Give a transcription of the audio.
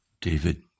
David